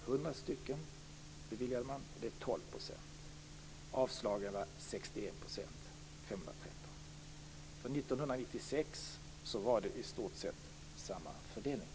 Av dessa beviljade ambassaden 222 viseringar 1997, dvs.